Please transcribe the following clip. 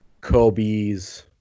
Kobe's